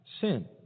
Sin